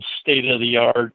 state-of-the-art